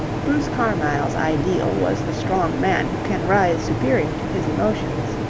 bruce carmyle's ideal was the strong man who can rise superior to his emotions.